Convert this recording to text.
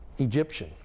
Egyptian